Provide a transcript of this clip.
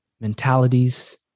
mentalities